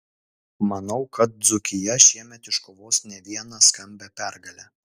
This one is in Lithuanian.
manau kad dzūkija šiemet iškovos ne vieną skambią pergalę